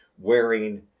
wearing